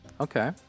okay